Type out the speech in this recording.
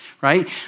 Right